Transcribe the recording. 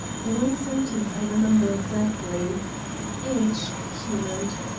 one sentence i remember exactly h, she wrote,